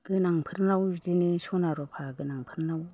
गोनांफोरनावबो बिदिनो सना रुफा गोनांफोरनाव